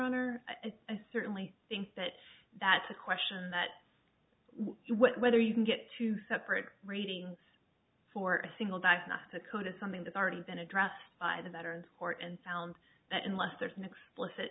or i certainly think that that's a question that whether you can get two separate ratings for a single diagnostic ota something that's already been addressed by the veterans court and found that unless there's an explicit